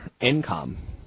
income